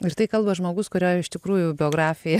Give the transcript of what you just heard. ir tai kalba žmogus kurio iš tikrųjų biografija